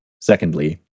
secondly